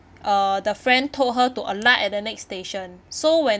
uh the friend told her to alight at the next station so when